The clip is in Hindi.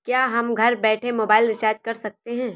क्या हम घर बैठे मोबाइल रिचार्ज कर सकते हैं?